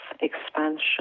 expansion